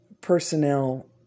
personnel